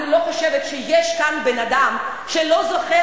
אני לא חושבת שיש כאן בן-אדם שלא זוכר